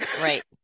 Right